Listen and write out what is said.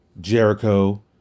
jericho